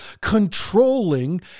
controlling